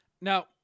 Now